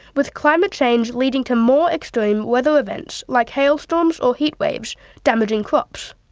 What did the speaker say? with climate change leading to more extreme weather events like hailstorms or heatwaves damaging crops.